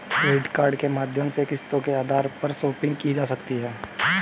credit card के माध्यम से किस्तों के आधार पर शापिंग की जा सकती है